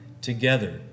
Together